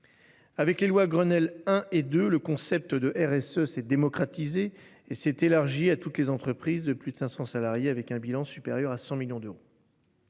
Avec les lois Grenelle 1 et 2, le concept de RSE s'est démocratisé et s'est élargi à toutes les entreprises de plus de 500 salariés avec un bilan supérieur à 100 millions d'euros.